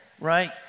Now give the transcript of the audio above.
right